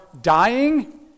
dying